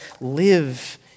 live